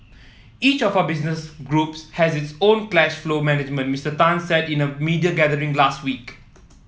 each of our business groups has its own cash flow management Mister Tan said in a media gathering last week